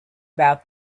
about